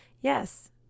Yes